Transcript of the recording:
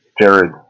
Jared